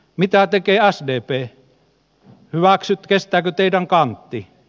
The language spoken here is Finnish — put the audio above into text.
mitä tekee sdp kestääkö teidän kanttinne